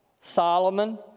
Solomon